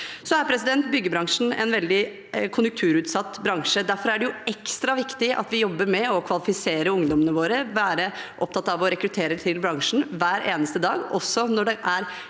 det. Byggebransjen er en veldig konjunkturutsatt bransje. Derfor er det ekstra viktig at vi jobber med å kvalifisere ungdommene våre og er opptatt av å rekruttere til bransjen hver eneste dag, også når det er